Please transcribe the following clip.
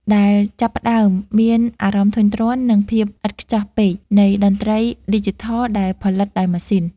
ដែលចាប់ផ្តើមមានអារម្មណ៍ធុញទ្រាន់នឹងភាពឥតខ្ចោះពេកនៃតន្ត្រីឌីជីថលដែលផលិតដោយម៉ាស៊ីន។